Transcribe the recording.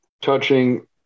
touching